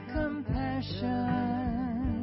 compassion